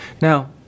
Now